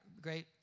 Great